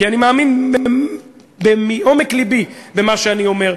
כי אני מאמין מעומק לבי במה שאני אומר,